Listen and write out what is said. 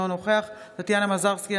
אינו נוכח טטיאנה מזרסקי,